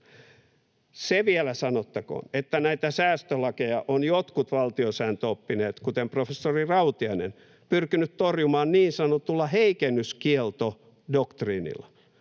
Se vielä sanottakoon, että näitä säästölakeja ovat jotkut valtiosääntöoppineet, kuten professori Rautiainen, pyrkineet torjumaan niin sanotulla heikennyskieltodoktriinilla.